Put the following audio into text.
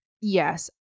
Yes